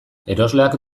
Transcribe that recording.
erosleak